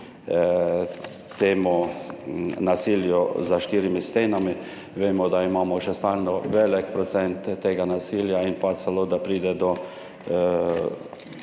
proti nasilju za štirimi stenami. Vemo, da imamo še stalno velik procent tega nasilja in da celo pride do